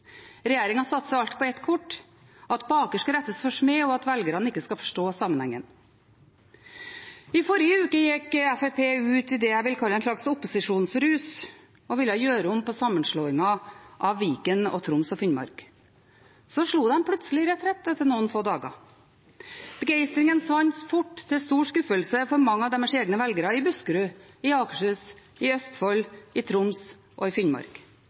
satser alt på ett kort: at baker skal rettes for smed, og at velgerne ikke skal forstå sammenhengen. I forrige uke gikk Fremskrittspartiet ut i det jeg vil kalle en slags «opposisjonsrus», og ville gjøre om på sammenslåingen av Viken og Troms og Finnmark. Så slo de plutselig retrett etter noen få dager. Begeistringen svant fort, til stor skuffelse for mange av deres egne velgere i Buskerud, i Akershus, i Østfold, i Troms og i Finnmark.